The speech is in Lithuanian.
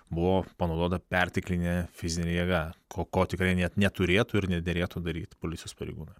buvo panaudota perteklinė fizinė jėga ko ko tikrai net neturėtų ir nederėtų daryti policijos pareigūnui